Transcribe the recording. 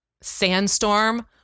sandstorm